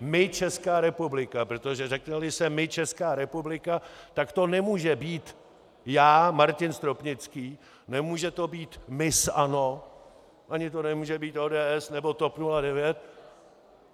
My, Česká republika, protože řekneli se my, Česká republika, tak to nemůže být já, Martin Stropnický, nemůže to být miss ANO ani to nemůže být ODS nebo TOP 09,